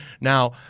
Now